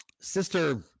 sister